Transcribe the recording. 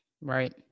Right